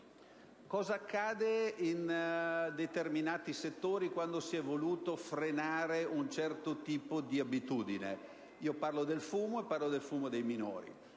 Cosa accade in determinati settori quando si è voluto frenare un certo tipo d'abitudine? Parlo del fumo e di quello tra i minori.